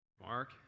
Mark